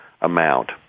amount